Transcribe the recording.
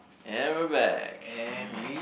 and we're back